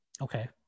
Okay